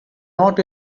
not